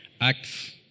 Acts